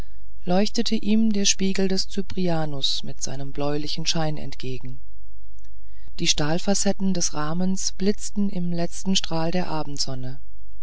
leuchtete ihm der spiegel des cyprianus mit seinem bläulichen schein entgegen die stahlfacetten des rahmens blitzten im letzten strahl der abendsonne